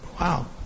wow